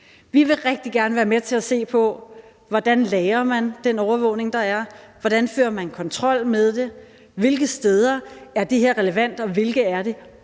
Vi vil rigtig gerne være med til at se på, hvordan man lagrer den overvågning, der er, hvordan man fører kontrol med det, hvilke steder det her er relevant for, og hvilke det